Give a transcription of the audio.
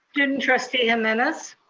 student trustee jimenez.